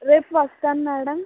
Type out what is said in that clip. రేపు వస్తాను మేడం